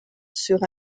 sur